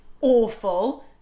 awful